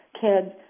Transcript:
kids